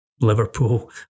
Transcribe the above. Liverpool